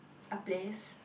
a place